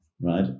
right